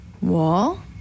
wall